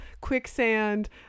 quicksand